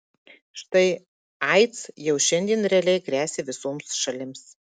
štai aids jau šiandien realiai gresia visoms šalims